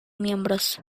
miembros